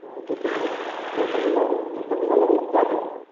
କେତେରେ କେତେ ପଇସା କେତେ ପଇସା ନେଉଛନ୍ତି ଚାଟ୍